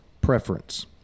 preference